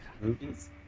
movies